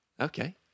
Okay